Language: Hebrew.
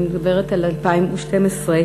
אני מדברת על 2012,